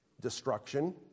destruction